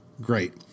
great